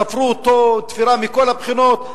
תפרו אותו תפירה מכל הבחינות,